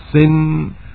sin